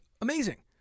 Amazing